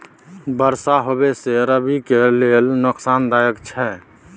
बरसा होबा से रबी के लेल नुकसानदायक छैय?